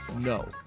no